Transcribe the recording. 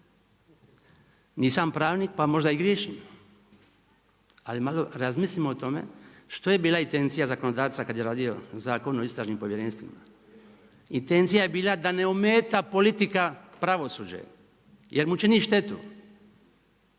Nisam pravnik pa možda i griješim ali malo razmislimo o tome što je bila intencija zakonodavca kada je radio Zakon o istražnim povjerenstvima. Intencija je bila da ne ometa politika pravosuđe jer mu čini štetu,